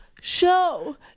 show